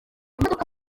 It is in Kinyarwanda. imodoka